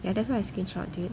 ya that's why I screen shot dude